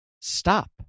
stop